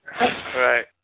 Right